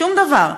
שום דבר.